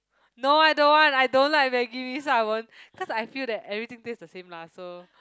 no I don't want I don't like maggi-mee so I won't cause I feel that everything taste the same lah so